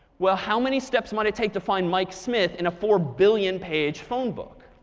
well how many steps might it take to find mike smith in a four billion page phone book?